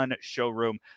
showroom